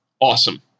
awesome